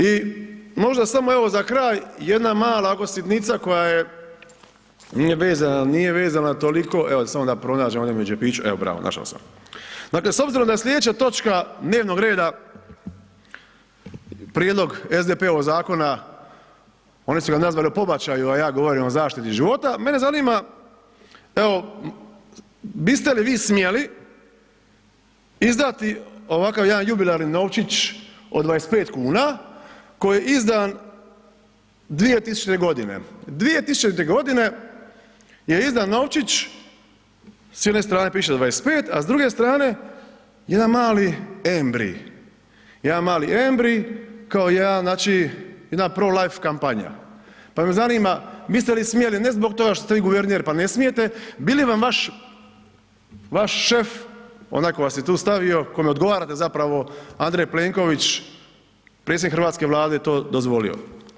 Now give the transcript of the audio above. I možda samo evo za kraj jedna mala ovako sitnica koja je, nije vezana, nije vezana toliko, evo samo da pronađem ovdje među … [[Govornik se ne razumije]] evo bravo, našao sam, dakle s obzirom da je slijedeća točka dnevnog reda prijedlog SDP-ovog zakona, oni su ga nazvali o pobačaju, a ja govorim o zaštiti života, mene zanima evo biste li vi smjeli izdati ovakav jedan jubilarni novčić od 25 kuna koji je izdan 2000.g., 2000.g. je izdan novčić, s jedne strane piše 25, a s druge strane jedan mali embrij, jedan mali embrij, kao jedan, znači, jedna pro life kampanja, pa me zanima biste li smjeli, ne zbog toga što ste vi guverner, pa ne smijete, bi li vam vaš, vaš šef, onaj ko vas je tu stavio, kome odgovarate zapravo, Andrej Plenković, predsjednik hrvatske Vlade, to dozvolio?